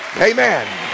amen